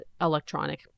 electronic